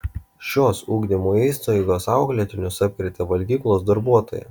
šios ugdymo įstaigos auklėtinius apkrėtė valgyklos darbuotoja